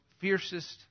fiercest